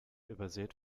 übersät